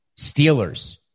Steelers